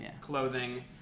clothing